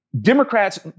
Democrats